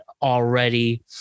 Already